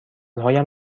هایم